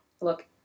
look